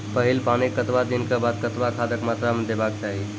पहिल पानिक कतबा दिनऽक बाद कतबा खादक मात्रा देबाक चाही?